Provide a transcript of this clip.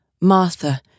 Martha